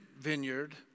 vineyard